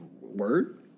word